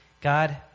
God